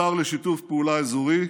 השר לשיתוף פעולה אזורי,